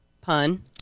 pun